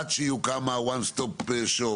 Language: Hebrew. עד שיוקם ה-one stop shop?